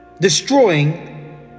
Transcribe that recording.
destroying